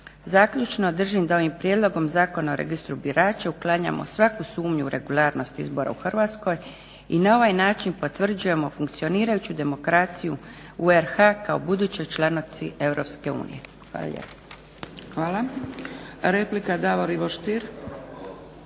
Zaključno, držim da ovim Prijedlogom zakona o registru birača uklanjamo svaku sumnju u regularnost izbora u Hrvatskoj i na ovaj način potvrđujemo funkcionirajuću demokraciju u RH kao budućoj članici Europske